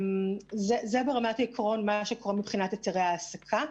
זה ברמת העיקרון מה שקורה מבחינת היתרי העסקה.